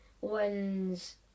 wins